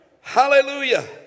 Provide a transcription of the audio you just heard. Hallelujah